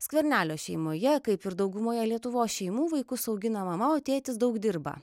skvernelio šeimoje kaip ir daugumoje lietuvos šeimų vaikus augina mama tėtis daug dirba